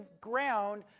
ground